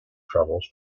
troubles